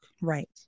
Right